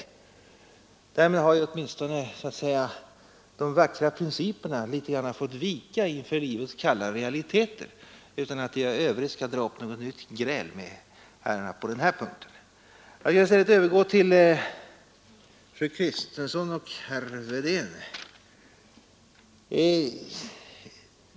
Därmed har åtminstone så att säga de vackra principerna litet grand fått vika inför livets kalla realiteter. Jag säger detta utan att jag i övrigt skall dra upp något nytt gräl med herrarna på den här punkten. Jag vill i stället övergå till fru Kristensson och herr Wedén.